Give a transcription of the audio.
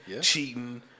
cheating